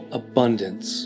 abundance